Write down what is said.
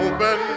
Open